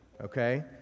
okay